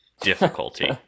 difficulty